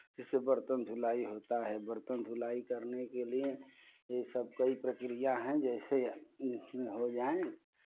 जिसे बर्तन धुलाई होता है बर्तन धुलाई करने के लिये ये सब कई प्रक्रिया हैं जैसे जितनी हो जाएँ